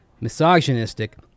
misogynistic